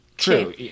true